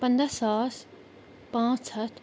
پنٛداہ ساس پانٛژھ ہَتھ